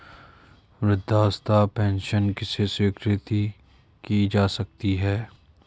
वृद्धावस्था पेंशन किसे स्वीकृत की जा सकती है?